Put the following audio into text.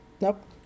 nope